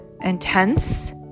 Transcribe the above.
intense